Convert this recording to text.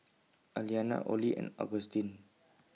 Aliana Orley and Augustin